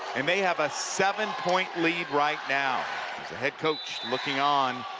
and they have a seven-point lead right now the head coach looking on,